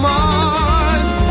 Mars